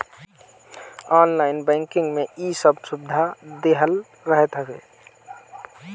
online banking में इ सब सुविधा देहल रहत हवे